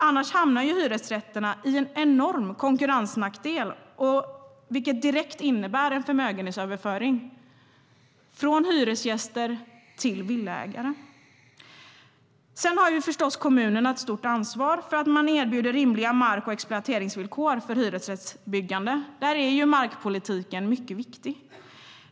Annars drabbas hyresrätterna av en enorm konkurrensnackdel, vilket direkt innebär en förmögenhetsöverföring från hyresgäster till villaägare. Sedan har förstås kommunerna ett stort ansvar att erbjuda rimliga mark och exploateringsvillkor för hyresrättsbyggande. Där är markpolitiken mycket viktig.